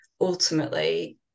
ultimately